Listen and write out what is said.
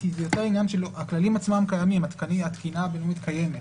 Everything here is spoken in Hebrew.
הכללים עצמם קיימים, התקינה קיימת,